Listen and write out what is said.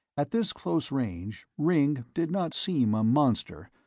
at this close range ringg did not seem a monster,